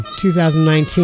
2019